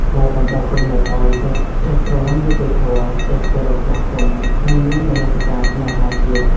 ដែលបណ្ដុះគំនិតឱ្យសិស្សចេះស្រលាញ់យុត្តិធម៌ ចេះគោរពចាស់ទុំ និងមានមនសិការស្នេហាជាតិ។